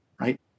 right